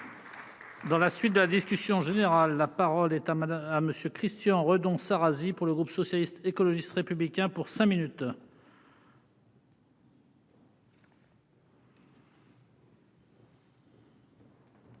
Dans la suite de la discussion générale, la parole est à madame à monsieur Christian Redon Arazi pour le groupe socialiste, écologiste et républicain pour 5 minutes.